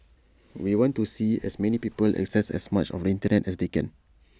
we want to see as many people access as much of the Internet as they can